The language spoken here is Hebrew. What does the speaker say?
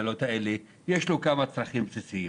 יש לו כמה צרכים בסיסיים.